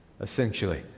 essentially